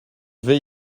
vais